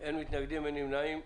אין מתנגדים, אין נמנעים,